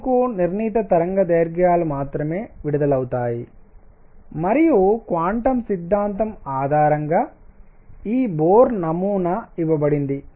ఎందుకు నిర్ణీత తరంగదైర్ఘ్యాలు మాత్రమే విడుదలవుతాయి మరియు క్వాంటం సిద్ధాంతం ఆధారంగా ఈ బోర్ నమూనా ఇవ్వబడింది